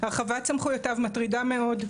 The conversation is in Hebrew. הרחבת סמכויותיו מטרידה מאוד,